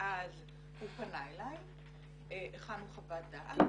ואז הוא פנה אליי, הכנו חוות דעת